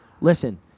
listen